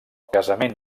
casament